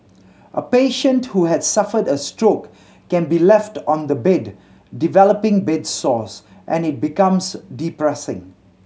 a patient who has suffered a stroke can be left on the bed developing bed sores and it becomes depressing